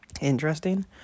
interesting